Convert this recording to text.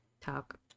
talk